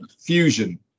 fusion